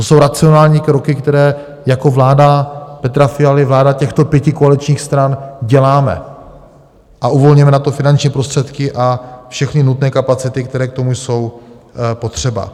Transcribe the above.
To jsou racionální kroky, které jako vláda Petra Fialy, vláda těchto pěti koaličních stran děláme, a uvolňujeme na to finanční prostředky a všechny nutné kapacity, které k tomu jsou potřeba.